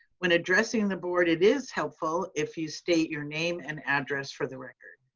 when addressing the board, it is helpful if you state your name and address for the record.